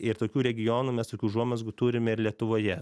ir tokių regionų mes tokių užuomazgų turim ir lietuvoje